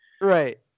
Right